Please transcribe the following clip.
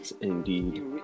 Indeed